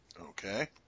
Okay